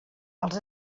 als